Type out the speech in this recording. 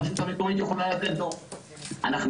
הרשות המקומית יכולה לתת דוח לרכב שחונה בחניית נכה.